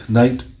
night